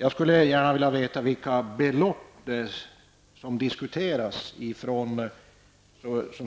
Jag skulle gärna vilja veta vilka belopp som